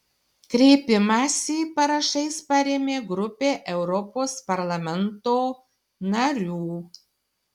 kreipimąsi parašais parėmė grupė europos parlamento narių